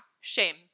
Shame